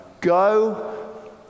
Go